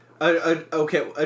Okay